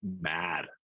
mad